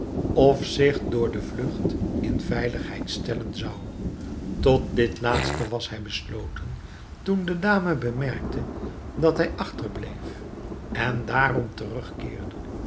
of zich door de vlugt in veiligheid stellen zou tot dit laatste was hij besloten toen de dame bemerkte dat hij achterbleef en daarom terugkeerde